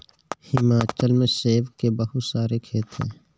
हिमाचल में सेब के बहुत सारे खेत हैं